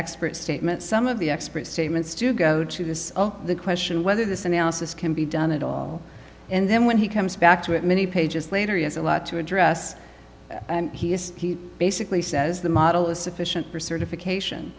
different statement some of the expert statements to go to this question whether this analysis can be done at all and then when he comes back to it many pages later he has a lot to address and he basically says the model is sufficient for certification